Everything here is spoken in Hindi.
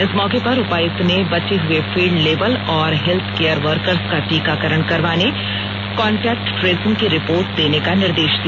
इस मौके पर उपायुक्त ने बचे हुए फील्ड लेवल और हेल्थ केयर वर्कर्स का टीकाकरण करवाने कॉन्टैक्ट ट्रेसिंग की रिपोर्ट देने का निर्देश दिया